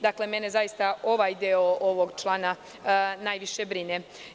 Dakle, mene ovaj deo ovog člana najviše brine.